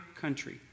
country